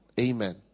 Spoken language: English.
Amen